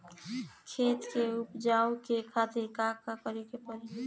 खेत के उपजाऊ के खातीर का का करेके परी?